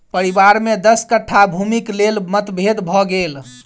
परिवार में दस कट्ठा भूमिक लेल मतभेद भ गेल